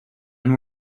and